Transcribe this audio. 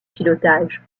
pilotage